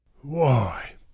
Why